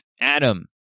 Adam